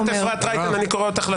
חברת הכנסת אפרת רייטן, אני